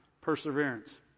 Perseverance